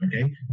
okay